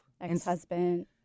Ex-husband